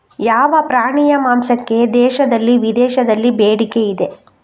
ಯಾವ ಪ್ರಾಣಿಯ ಮಾಂಸಕ್ಕೆ ದೇಶದಲ್ಲಿ ವಿದೇಶದಲ್ಲಿ ಬೇಡಿಕೆ ಇದೆ?